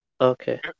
Okay